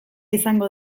izango